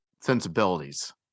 sensibilities